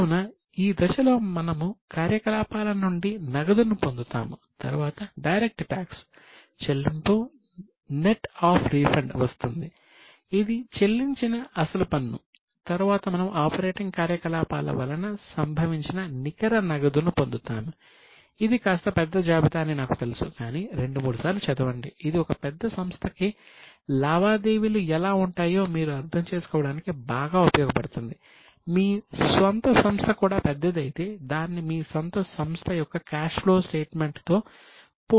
కావున ఈ దశలో మనము కార్యకలాపాల నుండి నగదును పొందుతాము తరువాత డైరెక్ట్ టాక్స్ తో పోల్చి చూసుకోండి